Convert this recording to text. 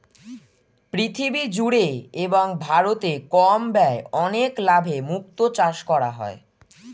পৃথিবী জুড়ে এবং ভারতে কম ব্যয়ে অনেক লাভে মুক্তো চাষ করা হয়